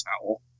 towel